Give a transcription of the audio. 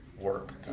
work